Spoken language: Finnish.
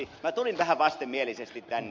minä tulin vähän vastenmielisesti tänne